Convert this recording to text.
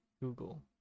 Google